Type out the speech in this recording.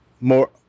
more